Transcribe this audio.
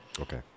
Okay